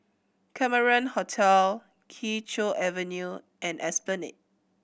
Cameron Hotel Kee Choe Avenue and Esplanade